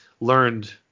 learned